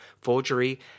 forgery